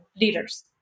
leaders